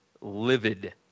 livid